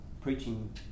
preaching